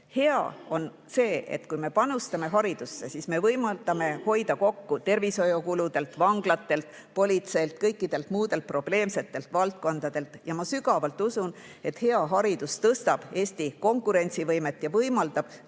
Hea on see, et kui me panustame haridusse, siis me võimaldame hoida kokku tervishoiukuludelt, vanglatelt, politseilt, kõikidelt muudelt probleemsetelt valdkondadelt. Ma sügavalt usun, et hea haridus tõstab Eesti konkurentsivõimet ja võimaldab